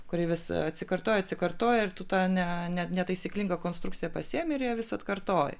kuri vis atsikartoja atsikartoja ir tu tą ne ne netaisyklingą konstrukciją pasiimi ir ją vis atkartoji